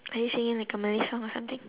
are you sure you like a malay song or something